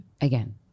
Again